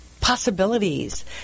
possibilities